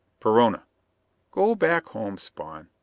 perona go back home, spawn.